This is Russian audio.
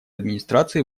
администрации